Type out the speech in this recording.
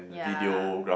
ya